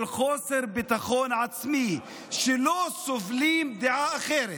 של חוסר ביטחון עצמי, לא סובלים דעה אחרת,